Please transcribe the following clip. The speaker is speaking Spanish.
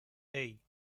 hey